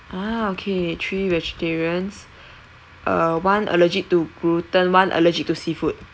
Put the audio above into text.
ah okay three vegetarians uh one allergic to gluten one allergic to seafood